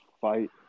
fight